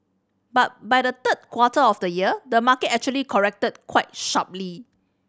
but by the third quarter of the year the market actually corrected quite sharply